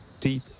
deep